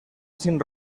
sin